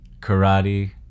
karate